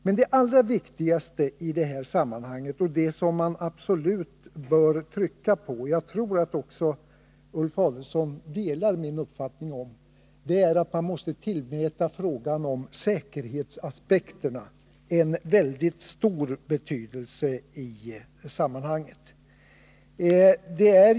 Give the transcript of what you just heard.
Men det allra viktigaste i det här sammanhanget och det man absolut bör trycka på — jag tror att också Ulf Adelsohn delar min uppfattning — är att man måste tillmäta säkerhetsaspekterna en väldigt stor betydelse.